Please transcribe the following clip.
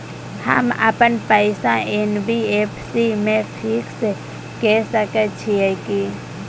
हम अपन पैसा एन.बी.एफ.सी म फिक्स के सके छियै की?